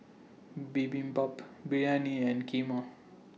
Bibimbap Biryani and Kheema